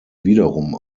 wiederum